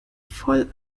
voll